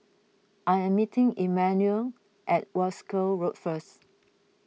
I am meeting Emmanuel at Wolskel Road first